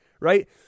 right